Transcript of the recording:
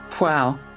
Wow